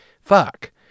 fuck